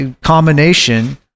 Combination